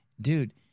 dude